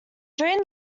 during